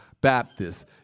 Baptist